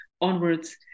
onwards